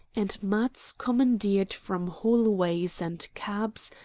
and mats commandeered from hallways and cabs,